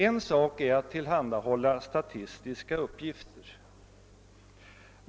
En sak är att tillhandahålla statistiska uppgifter.